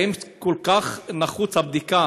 אם כל כך נחוצה הבדיקה,